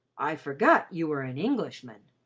i forgot you were an englishman.